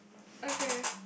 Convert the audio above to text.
okay